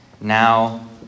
now